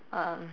um